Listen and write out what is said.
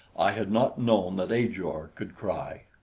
i had not known that ajor could cry.